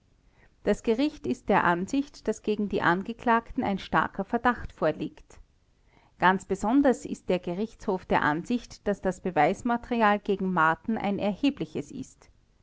das gericht ist der ansicht daß gegen die angeklagten ein starker verdacht vorliegt ganz besonders ist der gerichtshof der ansicht daß das beweismaterial gegen marten ein erhebliches ist